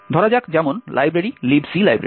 ধরা যাক যেমন লাইব্রেরি Libc লাইব্রেরি